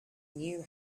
knew